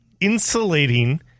insulating